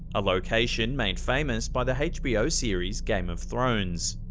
a location made famous by the hbo series game of thrones.